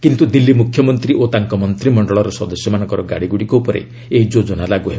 କିନ୍ତୁ ଦିଲ୍ଲୀ ମୁଖ୍ୟମନ୍ତ୍ରୀ ଓ ତାଙ୍କ ମନ୍ତିମଶ୍ଚଳର ସଦସ୍ୟମାନଙ୍କ ଗାଡ଼ିଗ୍ରଡ଼ିକ ଉପରେ ଏହି ଯୋଜନା ଲାଗ୍ର ହେବ